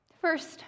First